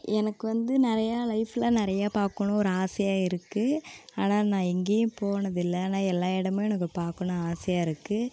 எனக்கு வந்து நிறைய லைஃப்பில் நிறைய பார்க்கணும் ஒரு ஆசையாக இருக்குது ஆனால் நான் எங்கேயும் போனதில்லை ஆனால் எல்லாம் இடமும் எனக்கு பார்க்கணும் ஆசையாக இருக்குது